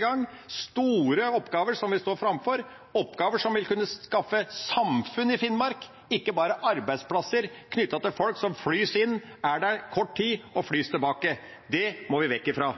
gang, store oppgaver som vi står overfor, oppgaver som vil kunne skape et samfunn i Finnmark, ikke bare arbeidsplasser for folk som flys inn, er der kort tid og flys tilbake. Det må vi vekk fra.